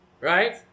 right